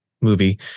movie